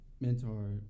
mentor